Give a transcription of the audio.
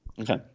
Okay